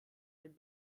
den